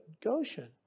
Goshen